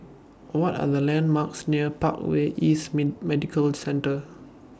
What Are The landmarks near Parkway East Medical Centre